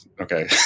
Okay